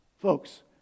Folks